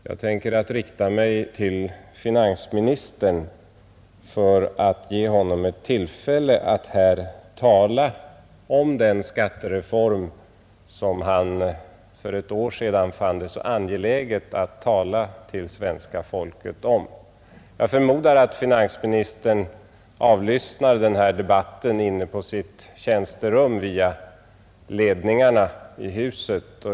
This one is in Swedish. Jag tänker i stället rikta mig till finansministern för att ge honom ett tillfälle att här tala om den skattereform som han för ett år sedan fann det så angeläget att tala till det svenska folket om Jag förmodar att finansministern avlyssnar den här debatten inne på sitt tjänsterum via ledningarna i huset.